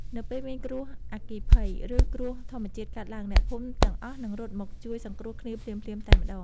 នៅពេលមានគ្រោះអគ្គិភ័យ ឬគ្រោះធម្មជាតិកើតឡើង អ្នកភូមិទាំងអស់នឹងរត់មកជួយសង្គ្រោះគ្នាភ្លាមៗតែម្ដង។